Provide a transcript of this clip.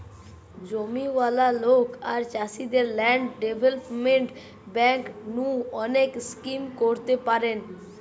জমিয়ালা লোক আর চাষীদের ল্যান্ড ডেভেলপমেন্ট বেঙ্ক নু অনেক স্কিম করতে পারেন